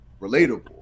relatable